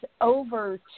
over